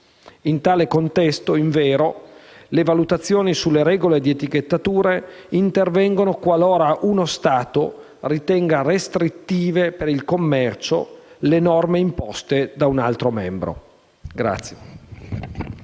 In tale contesto, invero, le valutazioni sulle regole di etichettatura intervengono qualora uno Stato ritenga restrittive per il commercio le norme imposte da un altro membro.